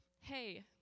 hey